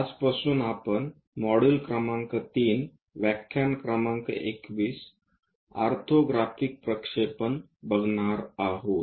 आजपासून आपण मॉड्यूल क्रमांक 3 व्याख्यान क्रमांक 21 ऑर्थोग्राफिक प्रक्षेपण बघणार आहोत